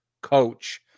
coach